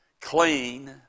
Clean